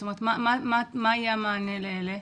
זאת אומרת, מה יהיה המענה לאלה?